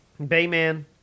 Bayman